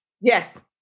Yes